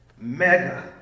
mega